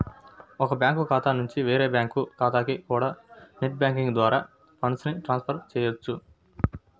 ఒక బ్యాంకు ఖాతా నుంచి వేరే బ్యాంకు ఖాతాకి కూడా నెట్ బ్యాంకింగ్ ద్వారా ఫండ్స్ ని ట్రాన్స్ ఫర్ చెయ్యొచ్చు